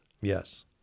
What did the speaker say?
Yes